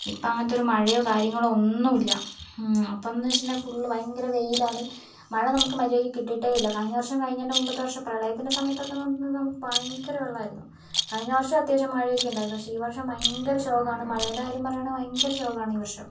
ഇപ്പങ്ങനത്തൊരു മഴയോ കാര്യങ്ങളോ ഒന്നുമില്ല അപ്പംന്ന് വെച്ചിട്ടുണ്ടെങ്കിൽ ഫുൾ ഭയങ്കര വെയിലാണ് മഴ നമുക്ക് മര്യാദയ്ക്ക് കിട്ടിയിട്ടേയില്ല കഴിഞ്ഞ വർഷവും കഴിഞ്ഞേൻ്റെ മുൻപത്തെ വർഷവും പ്രളയത്തിൻ്റെ സമയത്തൊക്കെ എന്ന് പറഞ്ഞാൽ നമുക്ക് ഭയങ്കര വെള്ളമായിരുന്നു കഴിഞ്ഞ വർഷവും അത്യാവശ്യം മഴയൊക്കെയുണ്ടായിരുന്നു പക്ഷേ ഈ വർഷം ഭയങ്കര ശോകമാണ് മഴേൻ്റെ കാര്യം പറയുവാണെങ്കിൽ ഭയങ്കര ശോകാണ് ഈ വർഷം